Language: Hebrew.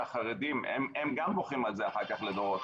שהחרדים הם גם בוכים על זה אחר כך לדורות.